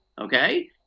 okay